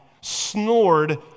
snored